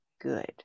good